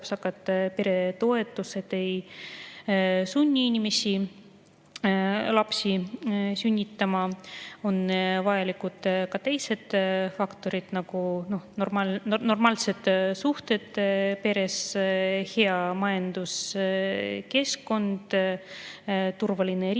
kopsakad peretoetused ei sunni inimesi lapsi sünnitama. On vajalikud ka teised faktorid, nagu normaalsed suhted peres, hea majanduskeskkond, turvaline riik